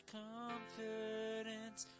confidence